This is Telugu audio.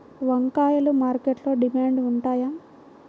వంకాయలు మార్కెట్లో డిమాండ్ ఉంటాయా?